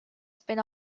spin